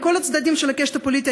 בכל הצדדים של הקשת הפוליטית,